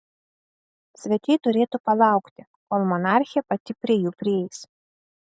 svečiai turėtų palaukti kol monarchė pati prie jų prieis